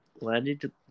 landed